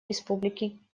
республики